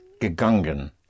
gegangen